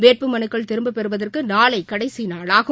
வேட்பு மனுக்கள் திரும்ப பெறுவதற்கு நாளை கடைசி நாளாகும்